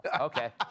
Okay